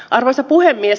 arvoisa puhemies